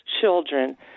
children